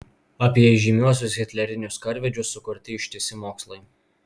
apie įžymiuosius hitlerinius karvedžius sukurti ištisi mokslai